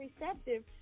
receptive